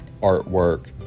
artwork